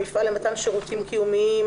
מפעל למתן שירותים קיומיים